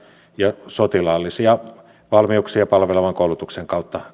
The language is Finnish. ja sotilaallisia valmiuksia palvelevan koulutuksen kautta